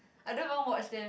I don't even watch them